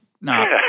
No